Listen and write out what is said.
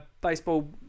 baseball